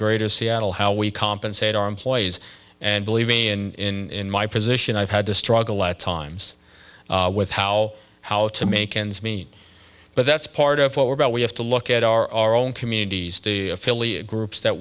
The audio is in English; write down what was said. greater seattle how we compensate our employees and believe me in my position i've had to struggle at times with how how to make ends meet but that's part of what we're about we have to look at our own communities the affiliate groups that